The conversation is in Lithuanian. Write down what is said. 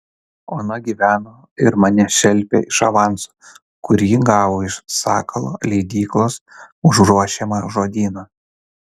ona gyveno ir mane šelpė iš avanso kurį gavo iš sakalo leidyklos už ruošiamą žodyną